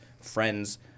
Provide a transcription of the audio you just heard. friends